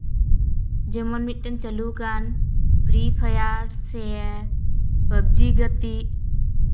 ᱡᱮᱢᱚᱱ ᱢᱤᱫᱴᱮᱱ ᱪᱟᱹᱞᱩᱣ ᱠᱟᱱ ᱯᱷᱨᱤ ᱯᱷᱟᱭᱟᱨ ᱥᱮ ᱯᱟᱵᱽᱡᱤ ᱜᱟᱛᱮᱜ